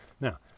Now